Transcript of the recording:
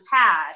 cash